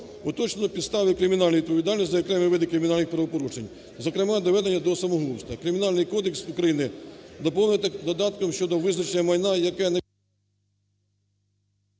Уточнено підстави кримінальної відповідальності за окремі види кримінальних правопорушень, зокрема, доведення до самогубства. Кримінальний кодекс України доповнити додатком щодо визначення майна, яке…